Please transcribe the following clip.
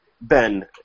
Ben